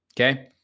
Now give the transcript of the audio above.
Okay